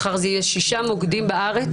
מחר זה יהיה שישה מוקדים בארץ.